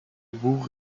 bourg